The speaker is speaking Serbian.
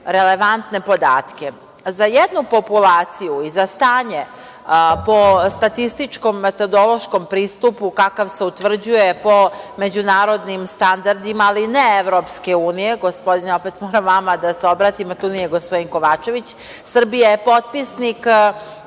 relevantne podatke.Za jednu populaciju i za stanje po statističko – metodološkom pristupu kakav se utvrđuje po međunarodnim standardima, ali ne EU, gospodine, opet moram vama da se obratim, a tu nije gospodin Kovačević, Srbija je potpisnik